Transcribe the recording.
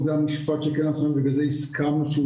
זה המשפט שכן עשוי ובזה הסכמנו שהוא